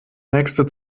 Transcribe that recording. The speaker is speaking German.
nächste